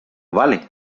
vale